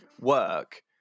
work